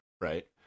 right